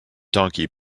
donkey